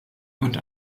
und